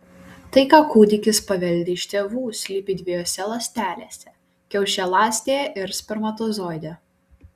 tai ką kūdikis paveldi iš tėvų slypi dviejose ląstelėse kiaušialąstėje ir spermatozoide